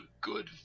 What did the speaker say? good